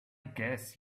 guess